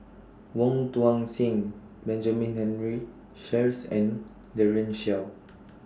Wong Tuang Seng Benjamin Henry Sheares and Daren Shiau